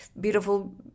beautiful